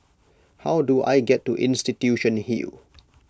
how do I get to Institution Hill